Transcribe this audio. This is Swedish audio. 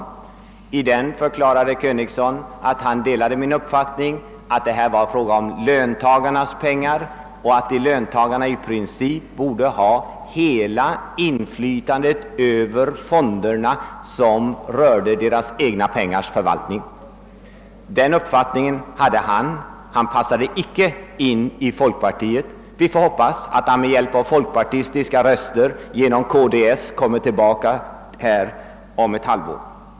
Herr Königson förklarade att han delade min uppfattning att det här var fråga om löntagarnas pengar och att löntagarna i princip borde ha hela inflytandet över fonderna; det rörde sig ju om förvaltningen av deras egna pengar. Den uppfattningen hade han. Han passade därför inte in i folkpartiet. Men vi får hoppas att han med hjälp av folkpartistiska röster genom KDS kommer tillbaka hit om ett halvår.